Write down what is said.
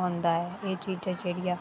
होंदा ऐ एह् चीज़ां जेह्ड़ियां